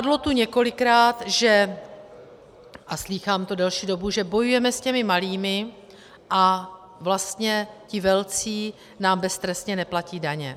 Padlo tu několikrát, a slýchám to delší dobu, že bojujeme s těmi malými a vlastně ti velcí nám beztrestně neplatí daně.